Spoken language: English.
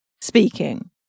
speaking